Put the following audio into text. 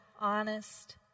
honest